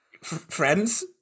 friends